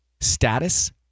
status